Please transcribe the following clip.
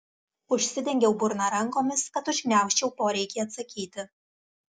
užsidengiau burną rankomis kad užgniaužčiau poreikį atsakyti